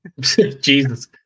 Jesus